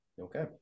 Okay